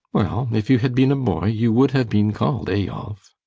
well, if you had been a boy, you would have been called eyolf.